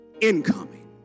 incoming